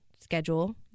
schedule